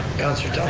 councilor